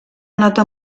nota